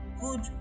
good